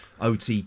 OTT